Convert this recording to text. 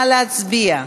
נא להצביע.